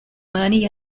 money